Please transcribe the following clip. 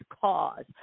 cause